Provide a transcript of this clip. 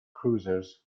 cruisers